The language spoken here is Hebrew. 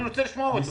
אני רוצה לשמוע אותו.